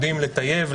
יודעים לטייב,